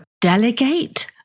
delegate